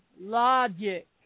logic